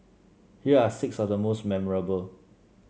here are six of the most memorable